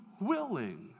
willing